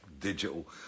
digital